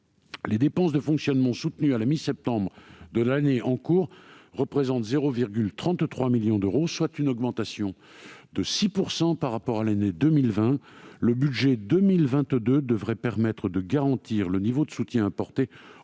de commerce de Nantes, soutenues à la mi-septembre de l'année en cours, représentent 0,33 million d'euros, soit une augmentation de 6 % par rapport à l'année 2020. Le budget 2022 devrait permettre de garantir le niveau de soutien apporté